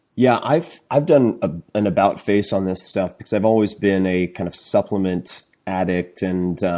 yeah i've i've done ah an about-face on this stuff because i've always been a kind of supplement addict, and